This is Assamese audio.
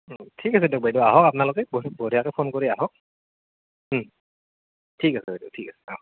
ঠিক আছে দিয়ক বাইদেউ আহক আপোনালোকে বড়ি বঢ়িয়াকে ফোন কৰি আহক ঠিক আছে বাইদেউ ঠিক আছে